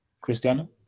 Cristiano